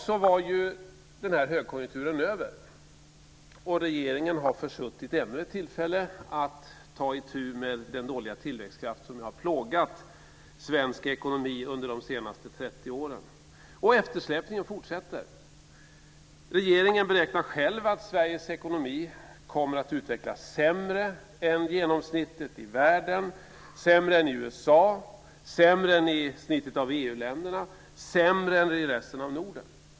Så var den här högkonjunkturen över, och regeringen har försuttit ännu ett tillfälle att ta itu med den dåliga tillväxtkraft som nu har plågat svensk ekonomi under de senaste 30 åren. Och eftersläpningen fortsätter. Regeringen beräknar själv att Sveriges ekonomi kommer att utvecklas sämre än genomsnittet i världen, sämre än i USA, sämre än i snittet av EU länderna och sämre än i resten av Norden.